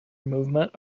movement